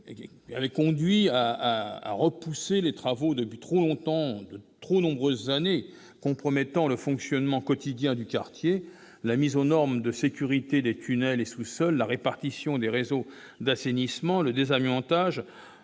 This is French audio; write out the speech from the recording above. avait conduit à repousser les travaux depuis de trop nombreuses années, compromettant le fonctionnement quotidien du quartier. La mise aux normes de sécurité des tunnels et sous-sols, la répartition des réseaux d'assainissement, le désamiantage